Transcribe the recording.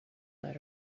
let